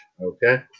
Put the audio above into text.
Okay